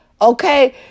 Okay